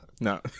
no